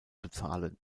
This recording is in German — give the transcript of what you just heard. bezahlen